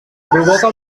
provoca